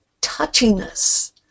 touchiness